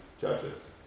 judges